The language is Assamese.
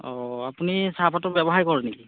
অ আপুনি চাহপাতৰ ব্যৱসায় কৰে নেকি